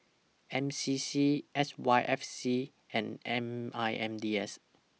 N C C S Y F C and M I N D S